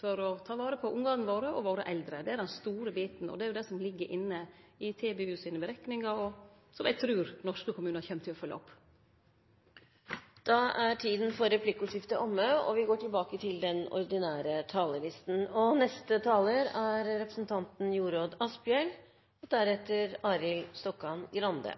for å ta vare på ungane våre og våre eldre. Det er den store biten, og det er det som ligg inne i TBU sine berekningar, og som eg trur norske kommunar kjem til å følgje opp Replikkordskiftet er omme. Norge blir år etter år kåret til verdens beste land å bo i, og vi har gode offentlige velferdstjenester som har bred oppslutning i